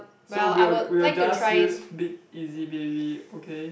so we'll we'll just use big easy baby okay